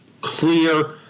clear